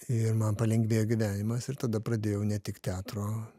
ir man palengvėjo gyvenimas ir tada pradėjau ne tik teatro